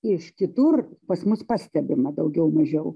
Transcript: iš kitur pas mus pastebima daugiau mažiau